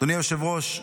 אדוני היושב-ראש,